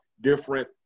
different